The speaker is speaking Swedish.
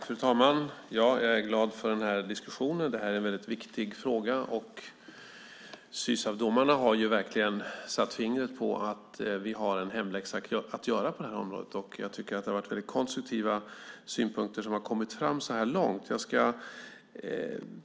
Fru talman! Jag är glad för denna diskussion. Det är en väldigt viktig fråga. Sysavdomarna har verkligen satt fingret på att vi har en hemläxa att göra på området. Jag tycker att det har kommit fram väldigt konstruktiva synpunkter så här långt.